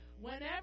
Whenever